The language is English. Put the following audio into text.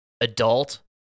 adult